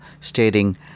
stating